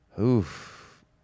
Oof